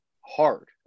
hard